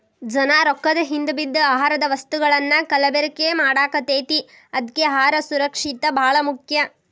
ಜನಾ ರೊಕ್ಕದ ಹಿಂದ ಬಿದ್ದ ಆಹಾರದ ವಸ್ತುಗಳನ್ನಾ ಕಲಬೆರಕೆ ಮಾಡಾಕತೈತಿ ಅದ್ಕೆ ಅಹಾರ ಸುರಕ್ಷಿತ ಬಾಳ ಮುಖ್ಯ